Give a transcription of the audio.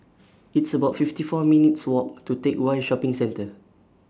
It's about fifty four minutes' Walk to Teck Whye Shopping Centre